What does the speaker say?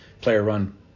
player-run